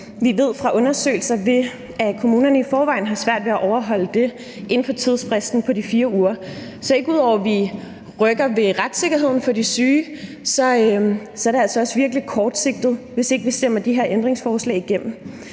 vi ved fra undersøgelser, at kommunerne i forvejen har svært ved at overholde det inden for tidsfristen på de 4 uger. Så ud over at vi rykker ved retssikkerheden for de syge, er det altså også virkelig kortsigtet, hvis ikke vi stemmer de her ændringsforslag igennem.